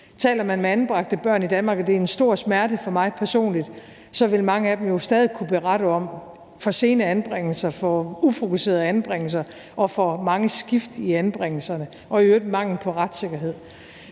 for mig personligt, så vil mange af dem jo stadig kunne berette om for sene anbringelser, for ufokuserede anbringelser og for mange skift i anbringelserne og i øvrigt en mangel på retssikkerhed.